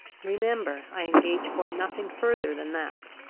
remember, i engage for nothing further than that.